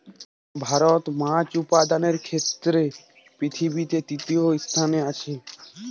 ভারত মাছ উৎপাদনের ক্ষেত্রে পৃথিবীতে তৃতীয় স্থানে আছে